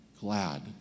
glad